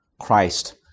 Christ